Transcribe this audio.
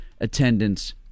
attendance